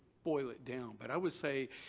boil it down. but i would say,